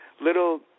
little